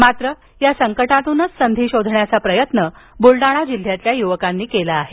मात्र या संकटातूनच संधी शोधण्याचा प्रयत्न बुलडाणा जिल्ह्यातल्या युवकांनी केला आहे